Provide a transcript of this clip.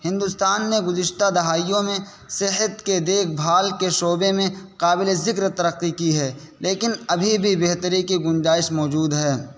ہندوستان میں گزشتہ دہائیوں میں صحت کے دیکھ بھال کے شعبے میں قابل ذکر ترقی کی ہے لیکن ابھی بھی بہتری کی گنجائش موجود ہے